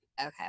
Okay